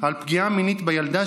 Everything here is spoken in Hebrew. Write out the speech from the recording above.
על פגיעה מינית בילדה,